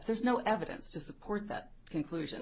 there's no evidence to support that conclusion